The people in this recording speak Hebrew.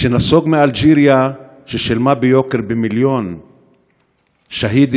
שנסוג מאלג'יריה, ששילמה ביוקר במיליון שאהידים,